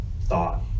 thought